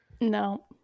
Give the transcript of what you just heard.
No